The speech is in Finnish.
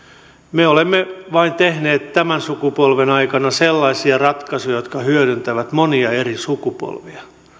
me olemme vain tehneet tämän sukupolven aikana sellaisia ratkaisuja jotka hyödyttävät monia eri sukupolvia